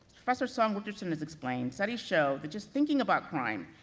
professor song richardson has explained, studies show that just thinking about crime,